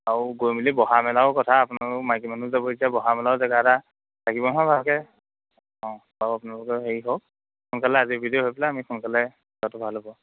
আৰু গৈ মেলি বহা মেলাও কথা আপোনালোক মাইকী মানুহ যাব যেতিয়া বহা মেলাও জেগা এটা লাগিব নহয় ভালকৈ অঁ আৰু আপোনালোকে হেৰি হওক সোনকালে আজৰি বিজৰি হৈ পেলাই আমি সোনকালে যোৱাতো ভাল হ'ব